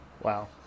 Wow